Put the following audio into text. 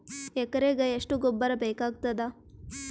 ಎಕರೆಗ ಎಷ್ಟು ಗೊಬ್ಬರ ಬೇಕಾಗತಾದ?